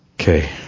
Okay